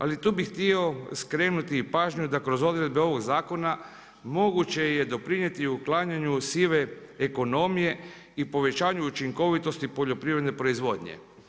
Ali tu bih htio skrenuti i pažnju da kroz odredbe ovog zakona moguće je doprinijeti uklanjanju sive ekonomije i povećanju učinkovitosti poljoprivredne proizvodnje.